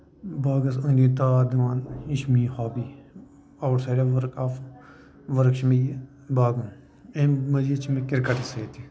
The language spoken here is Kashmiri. باغَس أنٛدۍ أنٛدۍ تار دِوان یہِ چھِ میٛٲنۍ hobby outside work off work چھِ مےٚ یہِ باغَن اَمہِ مزیٖد چھِ مےٚ کِرکٹَس سٟتۍ تہِ